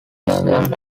london